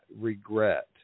regret